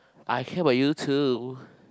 I care about you too